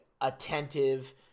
attentive